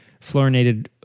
fluorinated